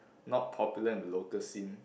not popular in the local scene